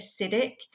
acidic